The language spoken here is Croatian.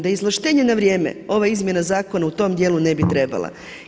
Da je izvlaštenje na vrijeme, ova izmjena zakona u tom dijelu ne bi trebala.